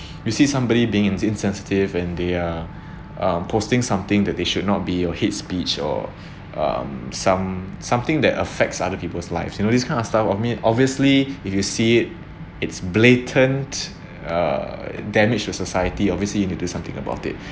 you see somebody being an insensitive and they are uh posting something that they should not be or hate speech or um some something that affects other people's lives you know this kind of style of mean obviously if you see it it's blatant uh damage the society obviously you need to do something about it